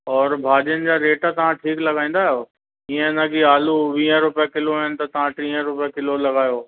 और भाॼियुनि जा रेट तव्हां ठीकु लॻाईंदा आहियो इअं न की आलू वीहें रुपए किलो आहिनि त तव्हां टीहें रुपए किलो लॻायो